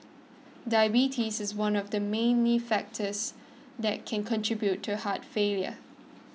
diabetes is one of the many factors that can contribute to heart failure